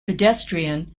pedestrian